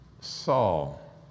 saul